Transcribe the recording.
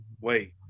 Wait